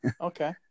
Okay